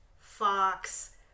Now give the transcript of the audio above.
Fox